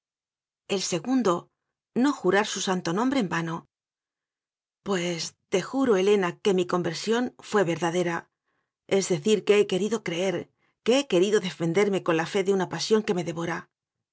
el segundo no jurar su santo nombre en vano pues te juro helena que mi conver sión fué verdadera es decir que he querido creer que he querido defenderme con la fe de una pasión que me devora